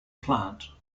plant